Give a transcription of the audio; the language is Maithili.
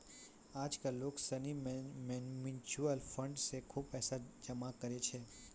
आज कल लोग सनी म्यूचुअल फंड मे खुब पैसा जमा करै छै